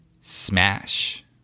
Smash